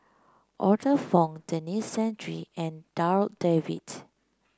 Arthur Fong Denis Santry and Darryl David